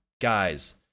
guys